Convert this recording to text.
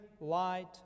light